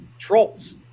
trolls